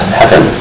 heaven